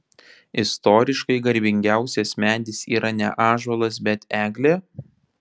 istoriškai garbingiausias medis yra ne ąžuolas bet eglė